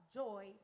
joy